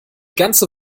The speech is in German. ganze